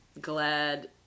glad